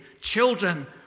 children